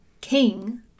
king